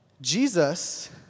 Jesus